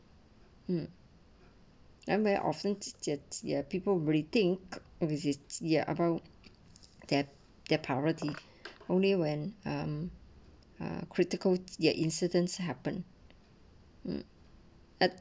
mm we're often jets there people rethink revisit your about that their priority only when um a critical ya incidents happen ah